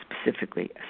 specifically